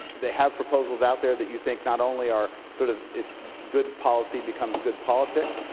they have proposals out there that you think not only are sort of it's good policy becomes good politics,